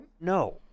No